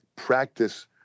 practice